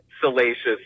salacious